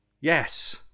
Yes